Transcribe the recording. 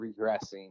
regressing